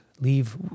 leave